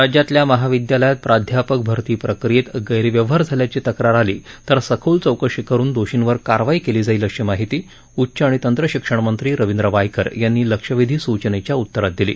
राज्यातल्या महाविद्यालयात प्राध्यापक भरती प्रक्रियेत गैरव्यवहार झाल्याची तक्रार आली तर सखोल चौकशी करुन दोषींवर कारवाई केली जाईल अशी माहिती उच्च आणि तंत्रशिक्षणमंत्री रविंद्र वायकर यांनी लक्षवेधी सूचनेच्या उत्तरात दिली